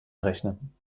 rechnen